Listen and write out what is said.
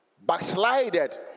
backslided